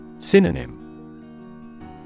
Synonym